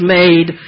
made